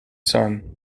sun